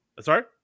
Sorry